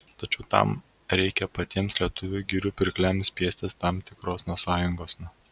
tačiau tam reikia patiems lietuvių girių pirkliams spiestis tam tikrosna sąjungosna